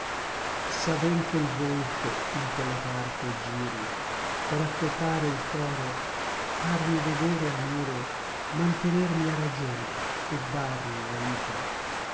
s'aven che l volto in quella parte giri per acquetare il core parmi vedere amore mantener mia ragion et darmi aita